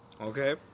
Okay